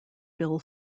bill